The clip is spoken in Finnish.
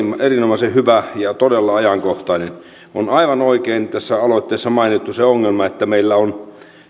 erinomaisen hyvä ja todella ajankohtainen tässä aloitteessa on aivan oikein mainittu se ongelma että meillä on